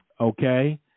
Okay